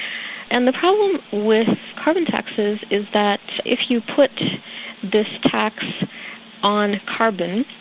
and the problem with carbon taxes is that if you put this tax on carbon,